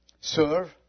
Sir